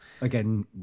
Again